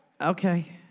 Okay